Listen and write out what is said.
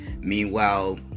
Meanwhile